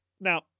Now